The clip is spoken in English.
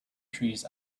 trees